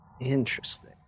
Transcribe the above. Interesting